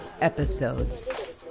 episodes